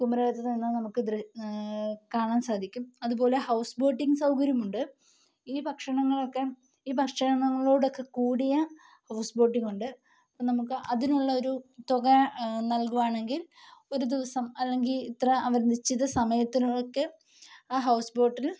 കുമരകത്ത് നിന്ന് നമുക്ക് കാണാന് സാധിക്കും അതുപോലെ ഹൗസ് ബോട്ടിങ്ങ് സൗകര്യം ഉണ്ട് ഈ ഭക്ഷണങ്ങളൊക്കെ ഈ ഭക്ഷണങ്ങളോടൊക്കെ കൂടിയ ഹൗസ് ബോട്ടിങ്ങ് ഉണ്ട് അപ്പം നമുക്ക് അതിനുള്ള ഒരു തുക നല്കുകയാണെങ്കില് ഒരു ദിവസം അല്ലെങ്കില് ഇത്ര നിശ്ച്ചിത സമയത്തിനുള്ളിലൊക്കെ ആ ആ ഹൗസ് ബോട്ടില്